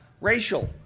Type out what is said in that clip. racial